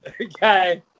okay